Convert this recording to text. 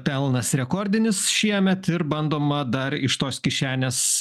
pelnas rekordinis šiemet ir bandoma dar iš tos kišenės